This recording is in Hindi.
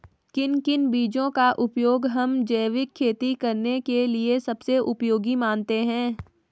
किन किन बीजों का उपयोग हम जैविक खेती करने के लिए सबसे उपयोगी मानते हैं?